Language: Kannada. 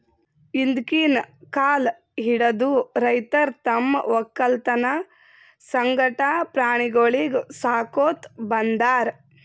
ಹಿಂದ್ಕಿನ್ ಕಾಲ್ ಹಿಡದು ರೈತರ್ ತಮ್ಮ್ ವಕ್ಕಲತನ್ ಸಂಗಟ ಪ್ರಾಣಿಗೊಳಿಗ್ ಸಾಕೋತ್ ಬಂದಾರ್